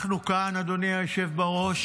אנחנו כאן, אדוני היושב-בראש,